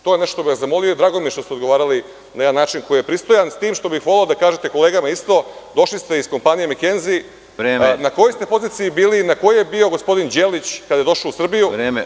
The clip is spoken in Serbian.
To je ono što bih vas zamolio i drago mi je što ste odgovarali na jedan način koji je pristojan, s tim što bih voleo da kažete kolegama, došli ste iz kompanije „Mekenzi“,… (Predsedavajući: Vreme.) … na kojoj ste poziciji bili i na kojoj je bio gospodin Đelić kada je došao u Srbiju?